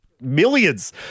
millions